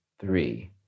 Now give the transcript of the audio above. three